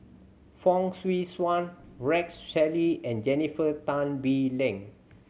Fong Swee Suan Rex Shelley and Jennifer Tan Bee Leng